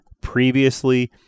previously